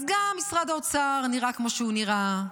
אז גם משרד האוצר נראה כמו שהוא נראה,